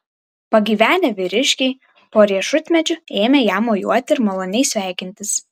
pagyvenę vyriškiai po riešutmedžiu ėmė jam mojuoti ir maloniai sveikintis